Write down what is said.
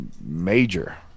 major